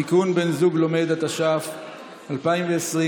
(תיקון, בן זוג לומד), התש"ף 2020,